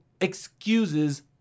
excuses